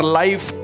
life